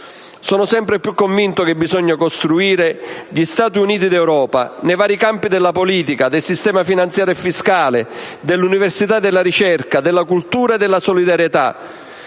Sono sempre più convinto che occorra costruire gli Stati Uniti d'Europa nei vari campi della politica, del sistema finanziario fiscale, dell'università, della ricerca, della cultura e della solidarietà.